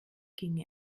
ginge